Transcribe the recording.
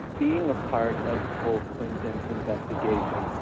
being ah part of the whole clinton investigation.